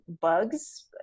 bugs